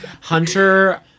Hunter